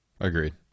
agreed